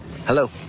Hello